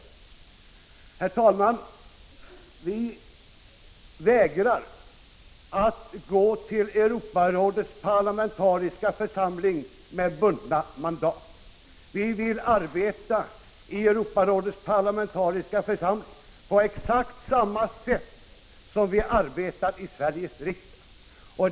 Herr talman! Vi vägrar att gå till Europarådets parlamentariska församling med bundna mandat. Vi vill arbeta i Europarådets parlamentariska församling på exakt samma sätt som vi arbetar i Sveriges riksdag.